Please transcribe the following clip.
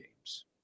games